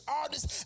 artists